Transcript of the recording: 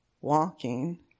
walking